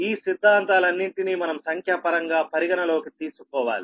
ఈ సిద్ధాంతాలన్నింటినీ మనం సంఖ్యాపరంగా పరిగణనలోకి తీసుకోవాలి